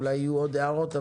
ואולי יהיו עוד הערות.